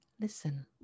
listen